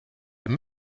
dem